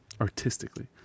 artistically